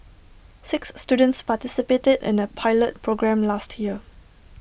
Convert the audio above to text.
six students participated in A pilot programme last year